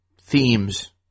themes